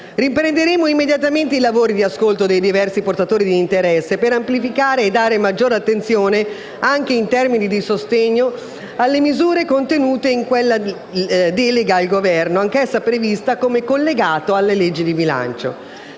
Riprenderemo immediatamente i lavori di ascolto dei diversi portatori di interesse per amplificare e dare maggiore attenzione, anche in termini di sostegno, alle misure contenute in quella delega al Governo, anch'essa prevista come collegato alla manovra finanziaria.